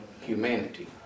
humanity